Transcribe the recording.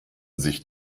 sich